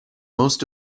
most